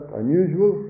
unusual